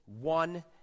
one